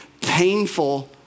painful